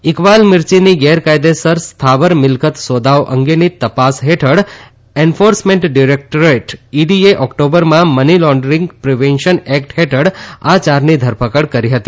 ઇકબાલ મિરચીની ગેરકાયદેસર સ્થાવર મિલકત સાદાઓ અંગેની તપાસ હેઠળ એન્ફાર્સમેન્ટ ડીરેકટારેટ ઇડીએ ઓકટાબરમાં મની લાખ્ડરીંગ પ્રિવેન્શન એકટ હેઠળ આ ચારની ધરપકડ કરી હતી